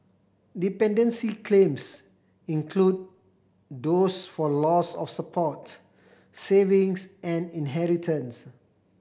dependency claims include those for loss of support savings and inheritance